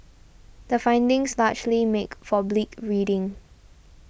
the findings largely make for bleak reading